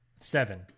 Seven